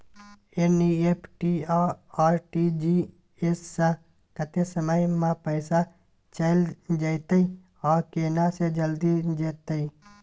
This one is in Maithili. एन.ई.एफ.टी आ आर.टी.जी एस स कत्ते समय म पैसा चैल जेतै आ केना से जल्दी जेतै?